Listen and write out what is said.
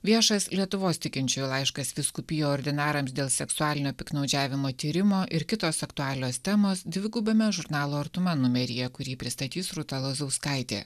viešas lietuvos tikinčiųjų laiškas vyskupijų ordinarams dėl seksualinio piktnaudžiavimo tyrimo ir kitos aktualios temos dvigubame žurnalo artuma numeryje kurį pristatys rūta lazauskaitė